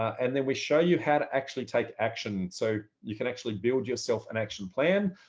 and then we show you how to actually take action. so you can actually build yourself an action plan.